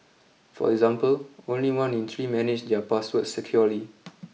for example only one in three manage their passwords securely